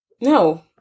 No